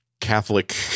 Catholic